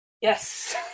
Yes